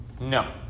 No